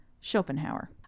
Schopenhauer